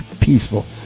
peaceful